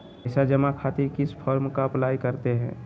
पैसा जमा खातिर किस फॉर्म का अप्लाई करते हैं?